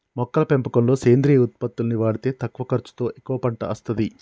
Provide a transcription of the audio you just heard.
మొక్కల పెంపకంలో సేంద్రియ ఉత్పత్తుల్ని వాడితే తక్కువ ఖర్చుతో ఎక్కువ పంట అస్తది